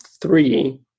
three